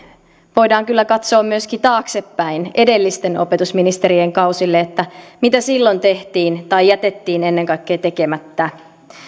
voidaan kyllä katsoa myöskin taaksepäin edellisten opetusministerien kausille mitä silloin tehtiin tai ennen kaikkea jätettiin tekemättä